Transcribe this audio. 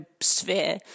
sphere